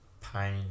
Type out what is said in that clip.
pain